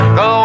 go